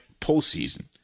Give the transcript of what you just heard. postseason